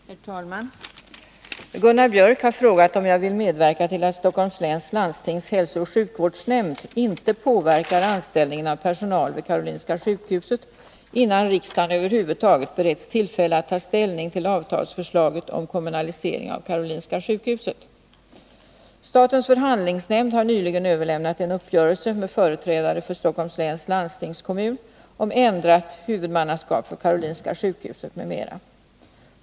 Herr talman! Gunnar Biörck i Värmdö har frågat om jag vill medverka till att Stockholms läns landstings hälsooch sjukvårdsnämnd inte påverkar anställningen av personal vid Karolinska sjukhuset, innan riksdagen över huvud taget beretts tillfälle att ta ställning till avtalsförslaget om kommunalisering av Karolinska sjukhuset. Statens förhandlingsnämnd har nyligen överlämnat en uppgörelse med företrädare för Stockholms läns landstingskommun om ändrat huvudmannaskap för Karolinska sjukhuset m.m.